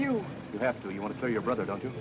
you you have to you want to kill your brother don't